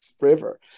river